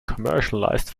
commercialized